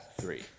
three